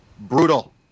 Brutal